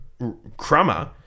crummer